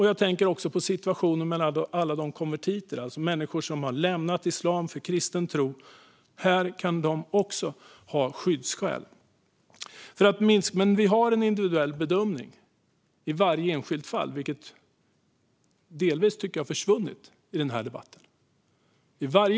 Jag tänker också på situationen för alla konvertiter, människor som har lämnat islam för kristen tro. Här kan de också ha skyddsskäl. Men vi har en individuell bedömning i varje enskilt fall, vilket jag tycker delvis har försvunnit i debatten.